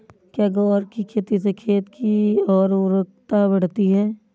क्या ग्वार की खेती से खेत की ओर उर्वरकता बढ़ती है?